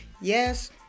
Yes